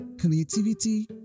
creativity